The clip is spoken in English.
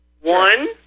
One